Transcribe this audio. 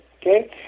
okay